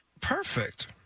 Perfect